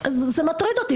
זה מטריד אותי.